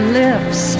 lips